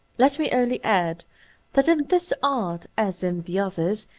let me only add that in this art, as in the others,